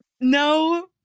No